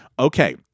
Okay